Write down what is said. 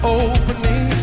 opening